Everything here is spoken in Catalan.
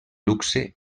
luxe